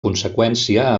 conseqüència